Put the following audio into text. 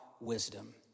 wisdom